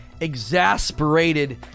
exasperated